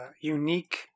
unique